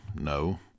No